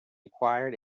acquired